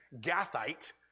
Gathite